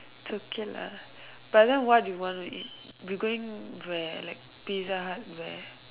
okay lah but then what you want to eat we going where pizza hut where